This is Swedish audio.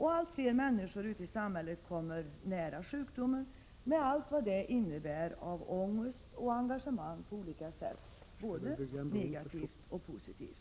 Allt fler människor ute i samhället kommer nära sjukdomen med allt vad det innebär av ångest och engagemang på olika sätt — både negativt och positivt.